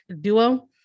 duo